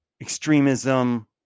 extremism